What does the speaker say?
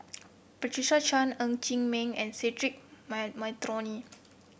Patricia Chan Ng Chee Meng and Cedric Monteiro